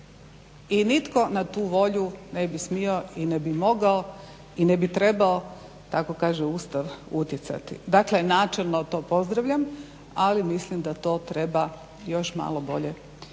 i nitko na tu volju ne bi smio i ne bi mogao i ne bi trebao tako kaže Ustav utjecati. Dakle načelno to pozdravljam ali mislim da to treba još malo bolje doraditi.